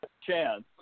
chance